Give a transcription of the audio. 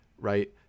right